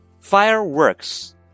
fireworks